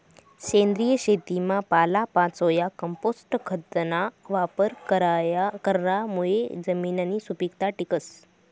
सेंद्रिय शेतीमा पालापाचोया, कंपोस्ट खतना वापर करामुये जमिननी सुपीकता टिकस